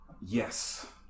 Yes